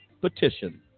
petition